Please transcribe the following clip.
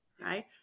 right